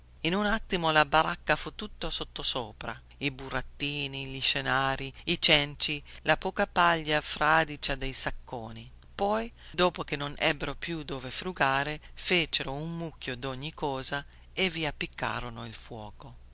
in un attimo la baracca fu tutta sottosopra i burattini gli scenari i cenci la poca paglia fradicia dei sacconi poi dopo che non ebbero più dove frugare fecero un mucchio dogni cosa e vi appiccarono il fuoco